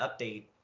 update